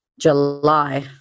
July